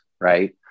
right